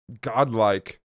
godlike